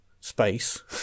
space